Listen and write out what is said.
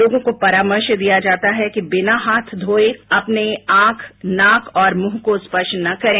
लोगों को परामर्श दिया जाता है कि बिना हाथ धोये अपने आंख नाक और मुंह को स्पर्श न करें